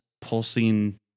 pulsing